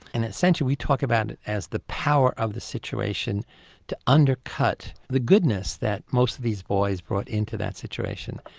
and essentially we talk about it as the power of the situation to undercut the goodness that most of these boys brought in to that situation.